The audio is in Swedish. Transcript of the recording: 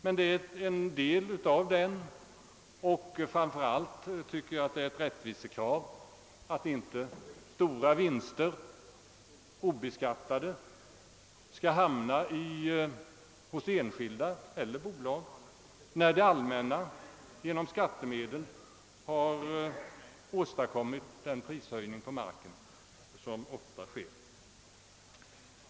Den utgör dock en del av kostnaderna, och framför allt tycker jag att det är ett rättvisekrav att inte stora vinster obeskattade skall hamna hos enskilda eller bolag när det allmänna genom skattemedel har åstadkommit den prishöjning på marken som ofta sker.